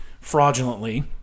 fraudulently